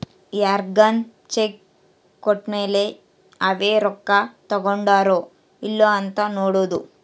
ಯಾರ್ಗನ ಚೆಕ್ ಕೋಟ್ಮೇಲೇ ಅವೆ ರೊಕ್ಕ ತಕ್ಕೊಂಡಾರೊ ಇಲ್ಲೊ ಅಂತ ನೋಡೋದು